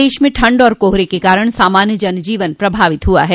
प्रदेश में ठंड और कोहरे के कारण सामान्य जन जीवन प्रभावित हुआ है